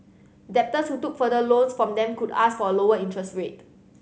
debtors who took further loans from them could ask for a lower interest rate